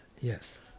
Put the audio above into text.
Yes